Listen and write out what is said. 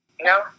No